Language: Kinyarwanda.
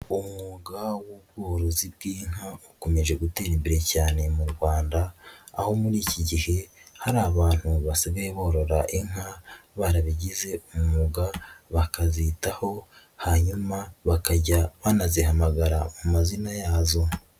Umwuga w'ubworozi bw'inka ukomeje gutera imbere cyane mu Rwanda, aho muri iki gihe hari abantu basigaye borora inka barabigize umwuga bakazitaho hanyuma bakajya banazihamagara mu mazina yazo.